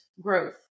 growth